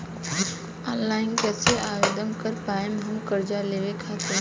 Online कइसे आवेदन कर पाएम हम कर्जा लेवे खातिर?